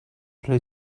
play